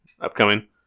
upcoming